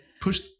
push